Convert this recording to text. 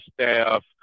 staff